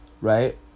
Right